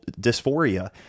dysphoria